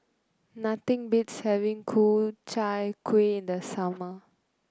nothing beats having Ku Chai Kuih in the summer